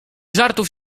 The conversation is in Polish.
żartów